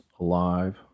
alive